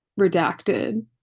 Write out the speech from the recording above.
redacted